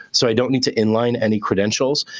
so i don't need to inline any credentials.